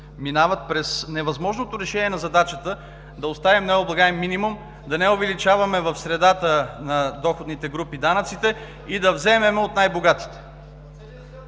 минават през невъзможното решение на задачата да оставим необлагаем минимум, да не увеличаваме в средата на доходните групи данъците и да вземаме от най-богатите.